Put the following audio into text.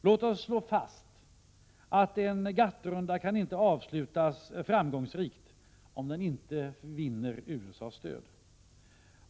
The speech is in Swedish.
Låt oss slå fast att en GATT-runda inte kan avslutas framgångsrikt om den inte vinner USA:s stöd.